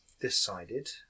decided